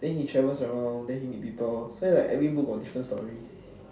then he travels around then he meet people so like every book got different story